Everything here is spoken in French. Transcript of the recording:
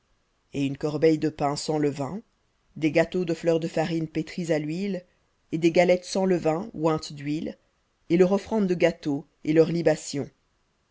et une corbeille de pains sans levain des gâteaux de fleur de farine pétris à l'huile et des galettes sans levain ointes d'huile et leur offrande de gâteau et leurs libations